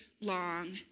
long